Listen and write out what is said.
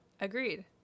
Agreed